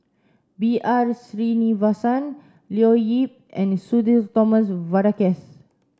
B R Sreenivasan Leo Yip and Sudhir Thomas Vadaketh